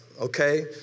okay